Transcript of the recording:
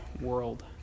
world